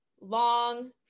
long